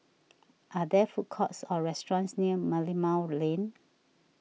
are there food courts or restaurants near Merlimau Lane